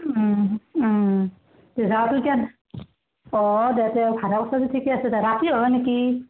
ৰাতি হয় নেকি